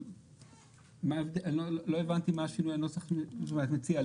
לא הבנתי מה את מציעה.